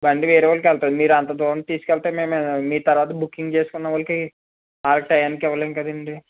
బండి వేరేవాళ్ళకి వెళుతుంది మీరంత దూరం తీసుకెళితే మేము మీ తరువాత బుకింగ్ చేసుకున్నవాళ్ళకి వాళ్ళ టైంకి ఇవ్వలేము కదా అండి